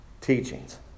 teachings